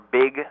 big